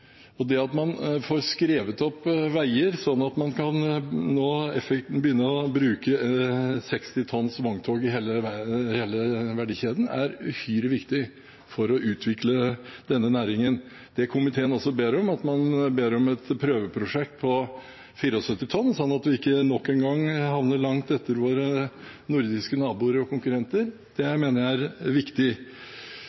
Det at man får skrevet opp veier slik at man nå effektivt kan begynne å bruke sekstitonns vogntog i hele verdikjeden, er uhyre viktig for å utvikle denne næringen. Det komiteen også ber om, et prøveprosjekt på 74 tonn slik at vi ikke nok en gang havner langt etter våre nordiske naboer og konkurrenter, mener jeg er viktig. Regjeringen har satset enormt på FoU. Det